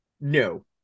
No